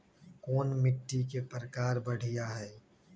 कोन मिट्टी के प्रकार बढ़िया हई?